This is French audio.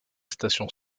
station